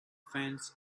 fence